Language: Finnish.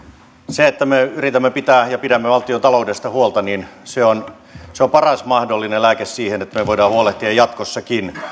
se että me yritämme pitää ja pidämme valtiontaloudesta huolta on paras mahdollinen lääke siihen että me voimme huolehtia jatkossakin